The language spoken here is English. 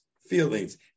feelings